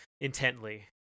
intently